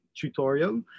Tutorial